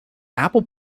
apple